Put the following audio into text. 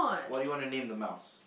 what do you want to name the mouse